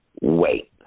Wait